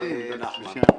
נחמן.